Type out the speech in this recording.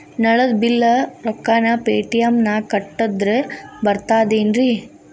ನಳದ್ ಬಿಲ್ ರೊಕ್ಕನಾ ಪೇಟಿಎಂ ನಾಗ ಕಟ್ಟದ್ರೆ ಬರ್ತಾದೇನ್ರಿ?